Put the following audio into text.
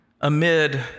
amid